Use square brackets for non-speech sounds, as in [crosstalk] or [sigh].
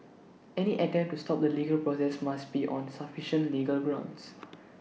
[noise] any attempt to stop the legal process must be on sufficient legal grounds